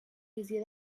visió